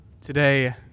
Today